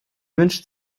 wünscht